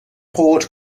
port